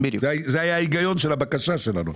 זה היה ההיגיון של הבקשה שלנו.